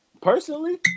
Personally